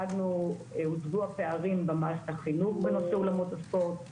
הוצגו הפערים במערכת החינוך בנושא אולמות הספורט.